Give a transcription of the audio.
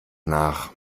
nach